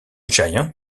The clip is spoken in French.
giant